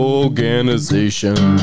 organization